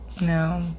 No